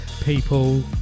people